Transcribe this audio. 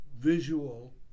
visual